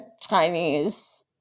Chinese